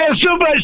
Super